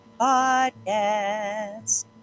Podcast